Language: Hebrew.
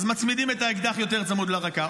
אז מצמידים את האקדח יותר צמוד לרקה,